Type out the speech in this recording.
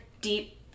deep